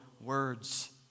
words